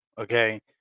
okay